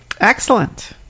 Excellent